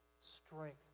strength